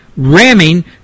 Ramming